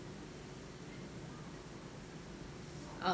oh